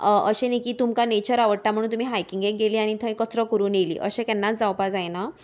अशें नी की तुमकां नेचर आवडटा म्हणून तुमी हायकिंगेक गेली आनी थंय कचरो करून येली अशें केन्नाच जावपा जायना